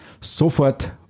sofort